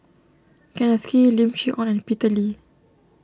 Kenneth Kee Lim Chee Onn and Peter Lee